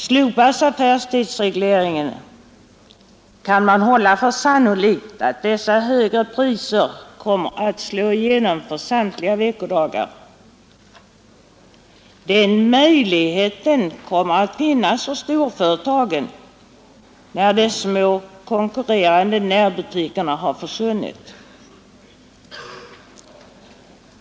Slopas affärstidsregleringen kan man hålla för sannolikt att dessa högre priser kommer att slå igenom under samtliga veckodagar. Den möjligheten kommer att finnas för storföretagen när de små konkurrerande närbutikerna har försvunnit.